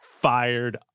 fired